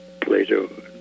Plato